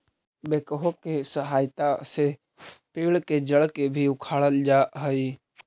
backhoe के सहायता से पेड़ के जड़ के भी उखाड़ल जा हई